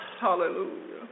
Hallelujah